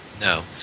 No